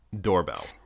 doorbell